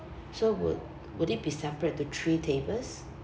so would would it be separate to three tables